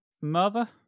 Mother